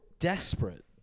desperate